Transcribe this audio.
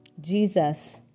Jesus